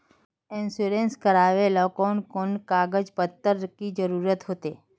Insurance करावेल कोन कोन कागज पत्र की जरूरत होते?